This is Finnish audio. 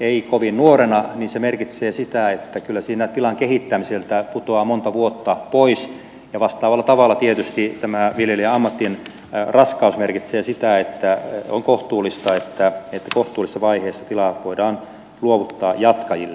ei kovin nuorena niin se merkitsee sitä että kyllä siinä tilan kehittämiseltä putoaa monta vuotta pois ja vastaavalla tavalla tietysti viljelijän ammatin raskaus merkitsee sitä että on kohtuullista että kohtuullisessa vaiheessa tila voidaan luovuttaa jatkajille